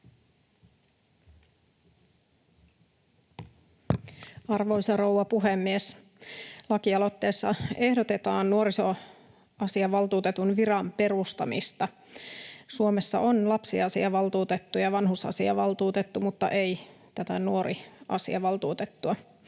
Arvoisa rouva puhemies! Lakialoitteessa ehdotetaan nuorisoasiavaltuutetun viran perustamista. Suomessa on lapsiasiavaltuutettu ja vanhusasiavaltuutettu, mutta ei nuoriasiavaltuutettua.